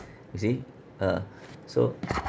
you see ah so